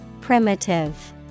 primitive